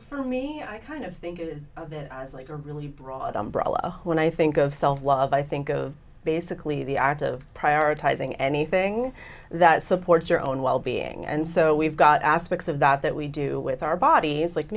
for me kind of think of it as like a really broad umbrella when i think of self love i think basically the act of prioritizing anything that supports your own wellbeing and so we've got aspects of that that we do with our bodies like